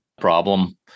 problem